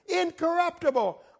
incorruptible